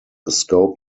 scope